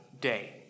day